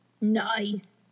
nice